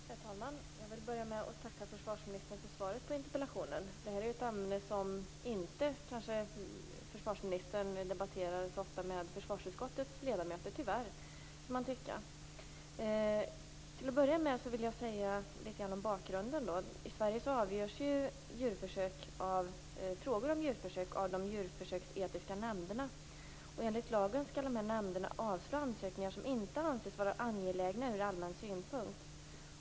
Herr talman! Jag vill börja med att tacka försvarsministern för svaret på interpellationen. Det här är ett ämne som försvarsministern kanske inte så ofta debatterar med försvarsutskottets ledamöter - tyvärr, kan man tycka. Sedan vill jag säga några ord om bakgrunden. I Sverige avgörs frågor om djurförsök av de djurförsöksetiska nämnderna. Enligt lagen skall dessa nämnder avslå ansökningar som inte anses vara angelägna ur allmän synpunkt.